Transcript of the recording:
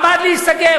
היא עמדה להיסגר,